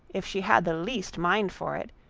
if she had the least mind for it,